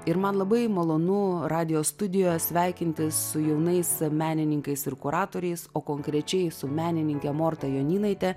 ir man labai malonu radijo studijoje sveikintis su jaunais menininkais ir kuratoriais o konkrečiai su menininke morta jonynaite